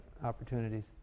Opportunities